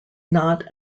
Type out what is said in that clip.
not